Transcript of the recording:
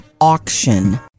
auction